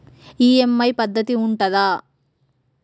EMI పద్ధతి ఉంటదా?